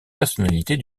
personnalités